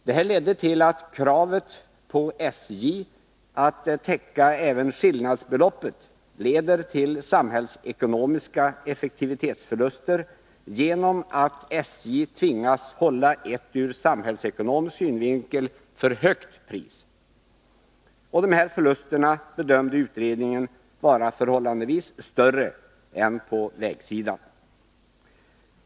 Detta innebär att kravet att SJ skall täcka även skillnadsbeloppet leder till samhällsekonomiska effektivitetsförluster, genom att SJ tvingas hålla ett ur samhällsekonomisk synvinkel för högt pris. De här förlusterna bedömde utredningen vara förhållandevis större än de var på vägsidan.